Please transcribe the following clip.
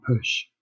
push